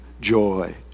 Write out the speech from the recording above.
joy